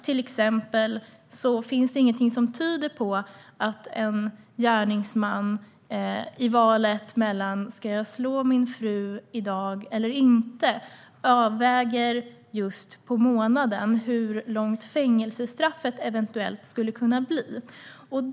Det finns till exempel ingenting som tyder på att en gärningsman i valet mellan om han ska slå sin fru eller inte överväger hur långt fängelsestraffet eventuellt skulle kunna bli.